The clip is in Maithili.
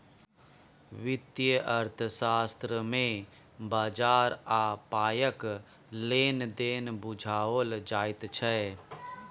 वित्तीय अर्थशास्त्र मे बजार आ पायक लेन देन बुझाओल जाइत छै